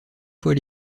fois